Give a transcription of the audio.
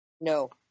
No